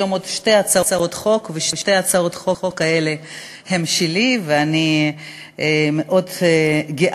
חברת הכנסת מירב בן ארי וחבר הכנסת אלי כהן וקבוצת חברי הכנסת,